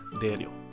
Daniel